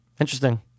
Interesting